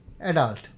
adult